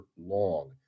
long